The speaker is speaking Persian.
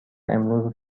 امروز